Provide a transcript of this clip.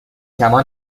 کمان